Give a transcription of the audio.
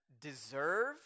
deserve